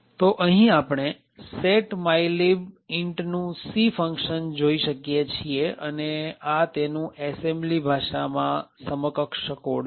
તો અહીં આપણે set mylib intનું C ફંક્શન જોઈ શકીએ છીએ અને આ તેનું એસેમ્બલી ભાષામાં સમકક્ષ કોડ છે